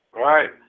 right